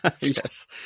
yes